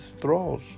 thralls